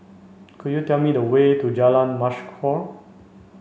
could you tell me the way to Jalan Mashhor